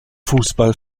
fußball